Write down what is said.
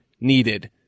needed